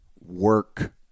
work